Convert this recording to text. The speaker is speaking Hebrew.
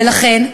ולכן,